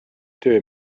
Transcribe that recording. töö